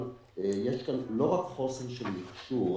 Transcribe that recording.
יש כאן לא רק חוסר במכשור.